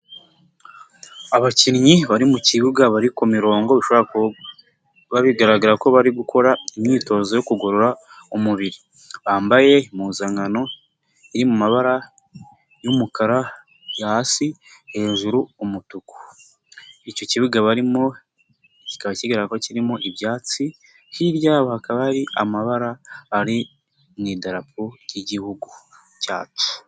Abakinnyi bari mu kibuga bari ku mirongo bishobora kuba bigaragara ko bari gukora imyitozo yo kugorora umubiri. Bambaye impuzankano iri mu mabara y'umukara hasi, hejuru umutuku. Icyo kibuga barimo kikaba kigaragara ko kirimo ibyatsi. Hirya hakaba hari amabara ari mu idarapo ry'Igihugu cyacu.